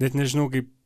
net nežinau kaip